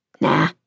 Nah